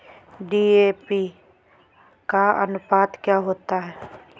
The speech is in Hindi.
डी.ए.पी का अनुपात क्या होता है?